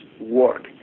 work